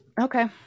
Okay